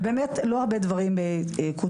ובאמת לא הרבה דברים קודמו.